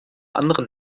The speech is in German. anderen